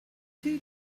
two